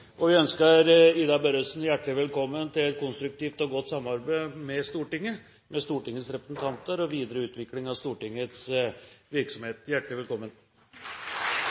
og godt samarbeid med Stortinget – med Stortingets representanter og videre utvikling av Stortingets virksomhet. Hjertelig velkommen.